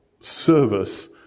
service